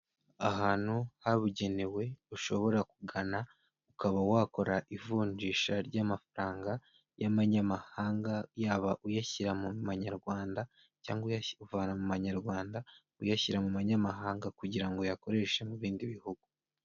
Ahantu habugenewe ushobora kugana ukaba wakora ivunjisha ry'amafaranga y'amanyamahanga yaba uyashyira mu manyarwanda cyangwa uya uvana mu manyarwanda uyashyira mu manyamahanga kugira ngo uyakoreshe mu bindi bihugu.